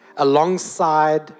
alongside